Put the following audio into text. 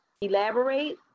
elaborate